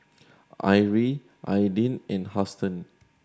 Arrie Aydin and Huston